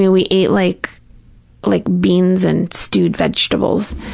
ah we ate like like beans and stewed vegetables,